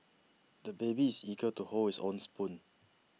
the baby is eager to hold his own spoon